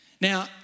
Now